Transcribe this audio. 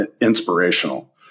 inspirational